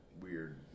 weird